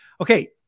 Okay